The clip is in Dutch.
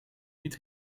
niet